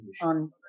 on